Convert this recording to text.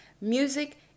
Music